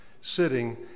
Sitting